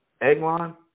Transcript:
Eglon